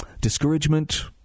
discouragement